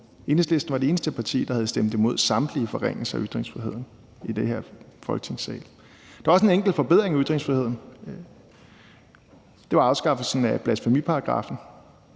Enhedslisten var det eneste parti, der havde stemt imod samtlige forringelser af ytringsfriheden, i den her Folketingssal. Der var også en enkelt forbedring af ytringsfriheden. Det var afskaffelsen af blasfemiparagraffen.